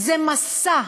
זה מסע,